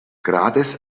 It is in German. grades